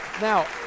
Now